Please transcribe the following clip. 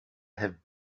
have